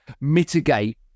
mitigate